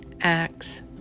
Acts